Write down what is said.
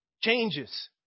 changes